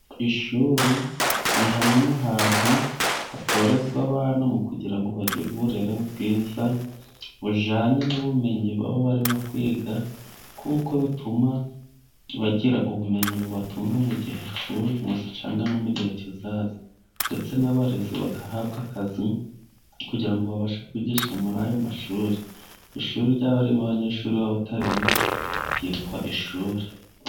Ishuri ni hamwe mu hantu hatorezwa abana, mu kugira ngo bagire uburere bwiza bujyanye n'ubumenyi baba barimo kwiga; kuko bituma bagira ubumenyi bubatunga mu gihe cy'uyu munsi cyangwa no mu gihe kizaza. Ndetse n'abarezi bagahabwa akazi kugira ngo babashe kwigisha muri ayo mashuri. Ishuri ryaba ririmo abanyeshuri, baba batarimo ryitwa ishuri.